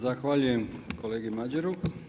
Zahvaljujem kolegi Madjeru.